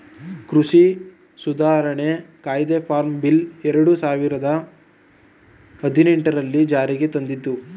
ಕೃಷಿ ಸುಧಾರಣಾ ಕಾಯ್ದೆ ಫಾರ್ಮ್ ಬಿಲ್ ಎರಡು ಸಾವಿರದ ಹದಿನೆಟನೆರಲ್ಲಿ ಜಾರಿಗೆ ತಂದಿದ್ದು